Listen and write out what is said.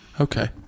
Okay